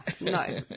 no